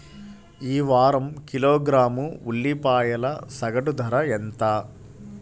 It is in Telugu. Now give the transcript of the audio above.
ఈ వారం కిలోగ్రాము ఉల్లిపాయల సగటు ధర ఎంత?